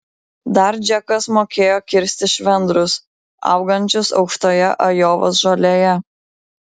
dar džekas mokėjo kirsti švendrus augančius aukštoje ajovos žolėje